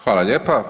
Hvala lijepa.